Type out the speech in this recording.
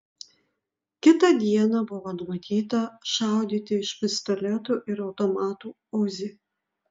kitą dieną buvo numatyta šaudyti iš pistoletų ir automatų uzi